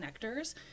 connectors